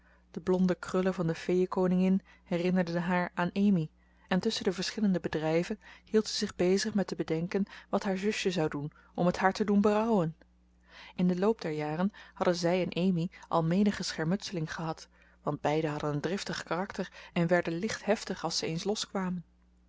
de blonde krullen van de feeënkoningin herinnerden haar aan amy en tusschen de verschillende bedrijven hield ze zich bezig met te bedenken wat haar zusje zou doen om het haar te doen berouwen in den loop der jaren hadden zij en amy al menige schermutseling gehad want beiden hadden een driftig karakter en werden licht heftig als ze eens